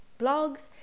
blogs